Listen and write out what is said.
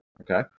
Okay